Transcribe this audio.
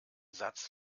satz